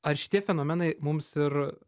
ar šitie fenomenai mums ir